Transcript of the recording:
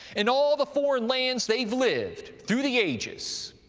in all the foreign lands they've lived through the ages,